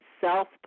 self